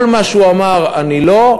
כל מה שהוא אמר "אני לא",